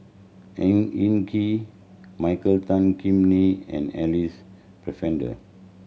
Ang Hin Kee Michael Tan Kim Nei and Alice Pennefather